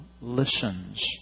listens